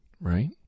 Right